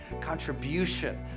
contribution